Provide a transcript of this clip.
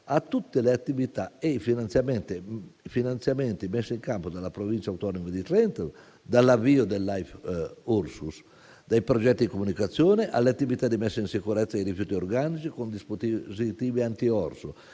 a tutte le attività e ai finanziamenti messi in campo dalla Provincia autonoma di Trento dall'avvio del progetto Life Ursus, dai progetti di comunicazione alle attività di messa in sicurezza dei rifiuti organici con dispositivi anti-orso,